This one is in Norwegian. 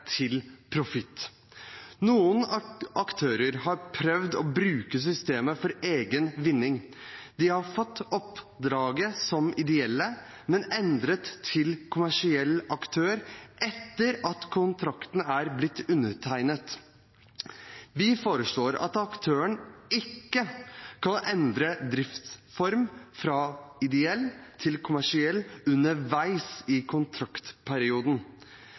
til profitt. Noen aktører har prøvd å bruke systemet for egen vinning. De har fått oppdraget som ideelle, men har endret til kommersiell aktør etter at kontrakten er blitt undertegnet. Vi foreslår at aktøren ikke kan endre driftsform fra ideell til kommersiell underveis i